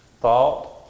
thought